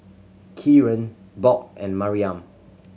Kieran Bob and Maryam